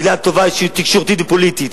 בגלל טובה אישית תקשורתית ופוליטית.